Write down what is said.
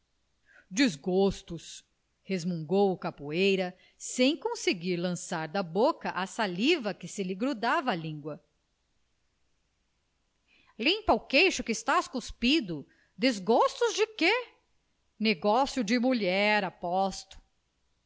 desgostos resmungou o capoeira sem conseguir lançar da boca a saliva que se lhe grudava à língua limpa o queixo que estás cuspido desgostos de quê negócios de mulher aposto